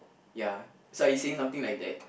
ya it's like you're saying something like that